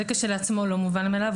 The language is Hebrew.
זה כשלעצמו לא מובן מאליו.